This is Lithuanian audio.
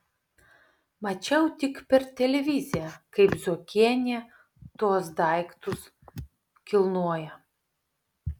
mačiau tik per televiziją kaip zuokienė tuos daiktus kilnoja